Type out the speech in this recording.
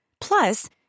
Plus